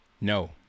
No